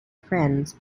friends